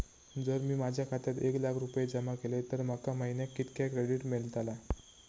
जर मी माझ्या खात्यात एक लाख रुपये जमा केलय तर माका महिन्याक कितक्या क्रेडिट मेलतला?